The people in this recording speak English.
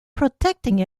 protecting